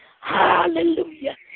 Hallelujah